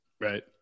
right